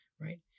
right